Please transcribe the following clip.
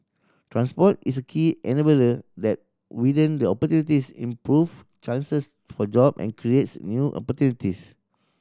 transport is a key enabler that widen the opportunities improve chances for job and creates new opportunities